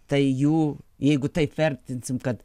tai jų jeigu taip vertinsim kad